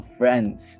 friends